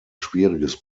schwieriges